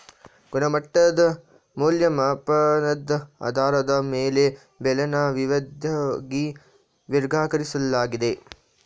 ಗುಣಮಟ್ಟದ್ ಮೌಲ್ಯಮಾಪನದ್ ಆಧಾರದ ಮೇಲೆ ಬೆಳೆನ ವಿವಿದ್ವಾಗಿ ವರ್ಗೀಕರಿಸ್ಲಾಗಿದೆ